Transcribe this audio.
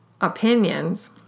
opinions